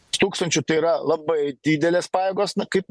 tūkstančių tai yra labai didelės pajėgos na kaip